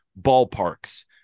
ballparks